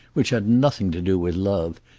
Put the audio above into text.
which had nothing to do with love,